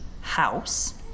house